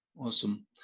Awesome